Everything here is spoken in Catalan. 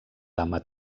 dama